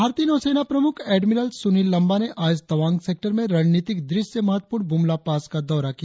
भारतीय नौ सेना प्रमुख एडमिरल सुनिल लांबा ने आज तवांग सेक्टर में रणनितिक दृष्टि से महत्वपूर्ण बुमला पास का दौरा किया